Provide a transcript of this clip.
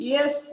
Yes